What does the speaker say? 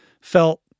felt